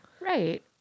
Right